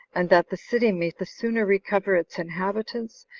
and that the city may the sooner recover its inhabitants,